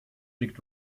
liegt